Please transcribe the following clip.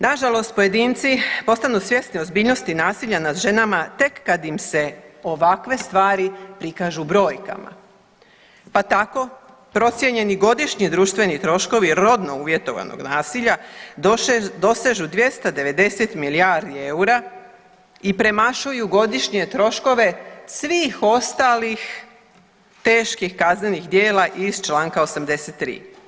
Nažalost, pojedinci postanu svjesni ozbiljnosti nasilja nad ženama tek kad im se ovakve stvari prikažu brojkama pa tako procijenjeni godišnji društveni troškovi rodno uvjetovanog nasilja dosežu 290 milijardi eura i premašuju godišnje troškove svih ostalih teških kaznenih djela iz čl. 83.